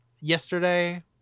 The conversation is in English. yesterday